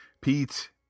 Pete